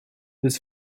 his